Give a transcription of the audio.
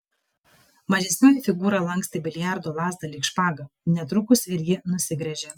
mažesnioji figūra lankstė biliardo lazdą lyg špagą netrukus ir ji nusigręžė